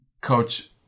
Coach